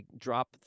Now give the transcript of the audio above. drop